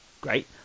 great